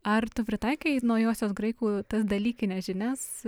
ar tu pritaikai naujosios graikų tas dalykines žinias